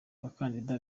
abakandida